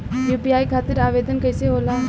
UPI खातिर आवेदन कैसे होला?